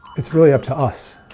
it's really up to us